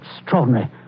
extraordinary